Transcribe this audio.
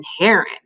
inherent